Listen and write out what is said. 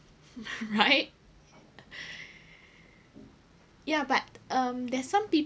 right yeah but um there's some